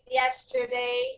yesterday